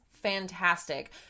fantastic